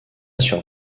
sur